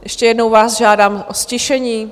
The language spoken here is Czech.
Ještě jednou vás žádám o ztišení.